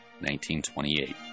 1928